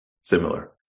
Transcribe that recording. similar